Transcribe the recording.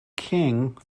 king